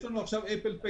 נכנס לנו עכשיו אפל pay,